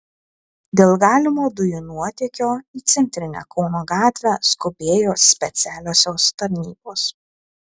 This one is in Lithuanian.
dėl galimo dujų nuotėkio į centrinę kauno gatvę skubėjo specialiosios tarnybos